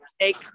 take